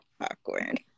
awkward